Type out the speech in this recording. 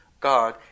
god